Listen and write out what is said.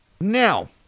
Now